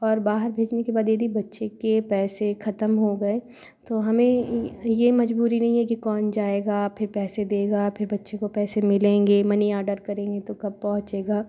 और बाहर भेजने के बाद यदि बच्चे के पैसे खत्म हो गए तो हमें ये मजबूरी नहीं है कि कौन जाएगा फिर पैसे देगा फिर बच्चे को पैसे मिलेंगे मनी ऑर्डर करेंगे तो कब पहुँचेगा